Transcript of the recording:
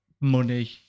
money